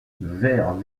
vert